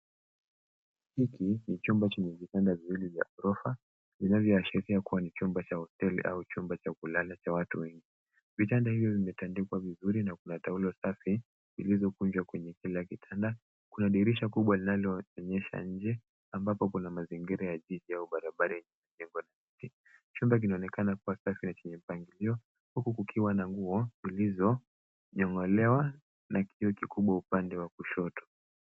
Hiki ni chumba chenye vitanda viwili vya gorofa vinavyoashiria kuwa ni chumba cha hospitali au chumba cha kulala cha watu wengi. Vitanda hivyo vimetandikwa vizuri na kuna taulo safi zilizokunjwa kwenye kila kitanda. Kuna dirisha kubwa linaloonyesha nje ambapo kuna mazingira ya jiji au barabara iliyojengwa...Chumba kinaonekana kuwa safi na kina mpangilio huku kukiwa na nguo zilizonyong'olewa na kioo kikubwa upande wa kushoto.